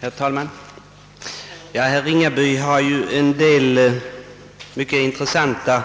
Herr talman! Herr Ringaby gjorde en del bra uttalanden,